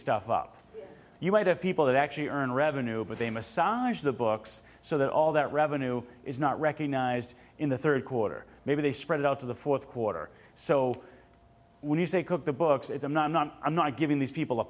stuff up you might have people that actually earn revenue but they massage the books so that all that revenue is not recognized in the third quarter maybe they spread it out to the fourth quarter so when you say cook the books i'm not i'm not i'm not giving these people a